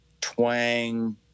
twang